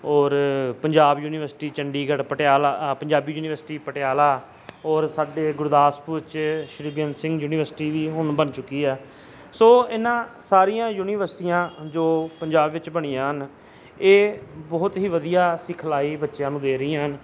ਔਰ Punjab university Chandigarh Patiala Punjabi university Patiala ਔਰ ਸਾਡੇ ਗੁਰਦਾਸਪੁਰ 'ਚ ਸ਼੍ਰੀ ਬੇਅੰਤ ਸਿੰਘ ਯੂਨੀਵਰਸਿਟੀ ਵੀ ਹੁਣ ਬਣ ਚੁੱਕੀ ਹੈ ਸੋ ਇਹਨਾਂ ਸਾਰੀਆਂ ਯੂਨੀਵਰਸਿਟੀਆਂ ਜੋ ਪੰਜਾਬ ਵਿੱਚ ਬਣੀਆਂ ਹਨ ਇਹ ਬਹੁਤ ਹੀ ਵਧੀਆ ਸਿਖਲਾਈ ਬੱਚਿਆਂ ਨੂੰ ਦੇ ਰਹੀਆਂ ਹਨ